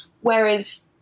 Whereas